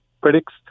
critics